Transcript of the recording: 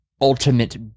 ultimate